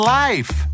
life